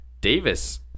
Davis